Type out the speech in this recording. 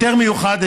היתר מיוחד,